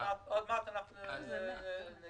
עוד מעט נציג כאן